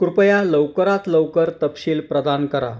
कृपया लवकरात लवकर तपशील प्रदान करा